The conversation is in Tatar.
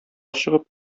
чыгып